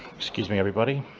excuse me everybody.